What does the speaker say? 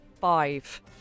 five